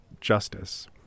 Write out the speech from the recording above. justice